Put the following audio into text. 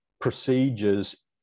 procedures